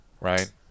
right